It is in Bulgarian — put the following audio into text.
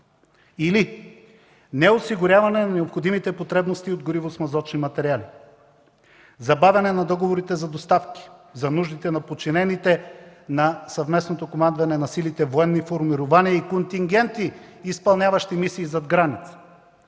Неосигуряване на необходимите потребности от гориво и смазочни материали, забавяне на договорите за доставки за нуждите на подчинените на съвместното командване на силите военни формирования и контингенти, изпълняващи мисии зад граница.